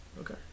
Okay